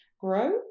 grow